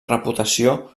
reputació